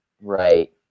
right